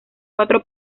cuatro